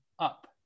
Up